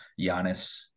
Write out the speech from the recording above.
Giannis